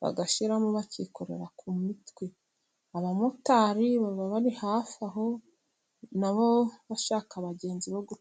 bagashyiramo bakikorera ku mitwe, abamotari baba bari hafi aho nabo bashaka abagenzi bo gutwara.